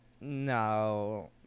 No